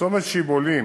צומת שיבולים,